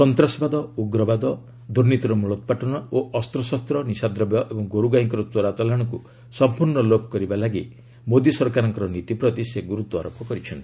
ସନ୍ତାସବାଦ ଉଗ୍ରବାଦ ଦୁର୍ନୀତିର ମୁଳୋତ୍ପାଟନ ଓ ଅସ୍ତ୍ରଶସ୍ତ୍ର ନିଶାଦ୍ରବ୍ୟ ଏବଂ ଗୋରୁଗାଈଙ୍କର ଚୋରା ଚାଲାଣକୁ ସଂପୂର୍ଣ୍ଣ ଲୋପ କରିବା ପାଇଁ ମୋଦି ସରକାରଙ୍କ ନୀତି ପ୍ରତି ସେ ଗୁରୁତ୍ୱାରୋପ କରିଛନ୍ତି